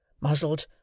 Muzzled